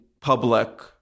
public